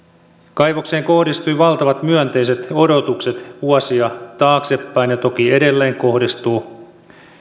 kaivokseen kohdistui valtavan myönteiset odotukset vuosia taaksepäin ja toki edelleen kohdistuu